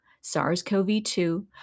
SARS-CoV-2